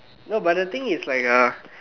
no but the thing is like uh